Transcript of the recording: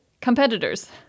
competitors